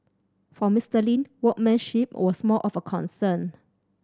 for Mister Lin workmanship was more of a concern